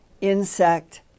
insect